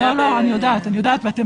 אני יודעת, אני יודעת.